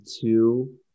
two